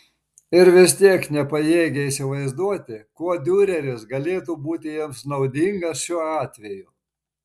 ir vis tiek nepajėgė įsivaizduoti kuo diureris galėtų būti jiems naudingas šiuo atveju